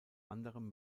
anderem